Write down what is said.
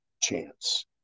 chance